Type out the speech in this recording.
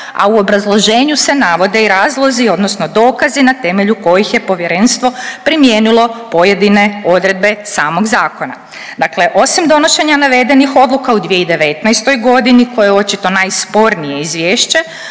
a u obrazloženju se navode i razlozi odnosno dokazi na temelju kojih je povjerenstvo primijenilo pojedine odredbe samog zakona. Dakle, osim donošenja navedenih odluka u 2019. godini koja je očito najspornije izvješće